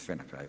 Sve na kraju.